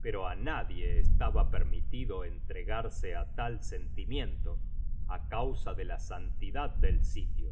pero á nadie estaba permitido entregarse á tal sentimiento á causa de la santidad del sitio